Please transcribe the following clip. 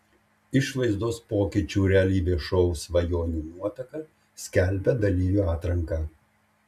išvaizdos pokyčių realybės šou svajonių nuotaka skelbia dalyvių atranką